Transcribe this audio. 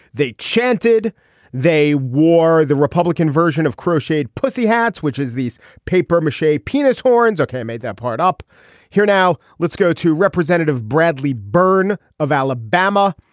they chanted they wore the republican version of crocheted pussy hats which is these paper mache penis horns ok i made that part up here now. let's go to representative bradley byrne of alabama.